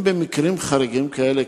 אם במקרים חריגים כאלה,